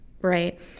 right